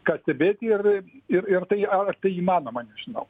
ką stebėti ir ir ir tai ar tai įmanoma nežinau